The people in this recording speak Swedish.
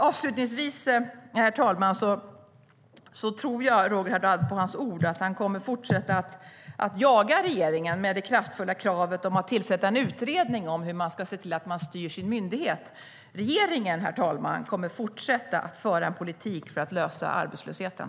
Avslutningsvis, herr talman, tror jag på Roger Haddads ord att han kommer att fortsätta att jaga regeringen med det kraftfulla kravet på att tillsätta en utredning om hur man ska se till att styra sin myndighet. Regeringen, herr talman, kommer att fortsätta att föra en politik för att lösa arbetslösheten.